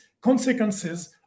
consequences